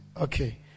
Okay